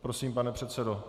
Prosím, pane předsedo.